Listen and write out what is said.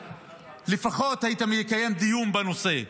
לפחות היית מקיים דיון בנושא.